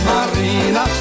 Marina